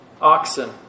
oxen